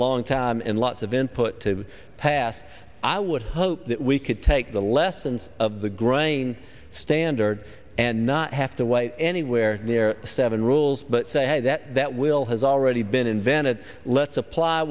long time and lots of input to pass i would hope that we could take the lessons of the grain standard and not have to wait anywhere near seven rules but say that that will has already been invented let's apply